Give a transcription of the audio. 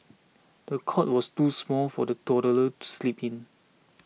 the cot was too small for the toddler to sleep in